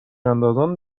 اندازان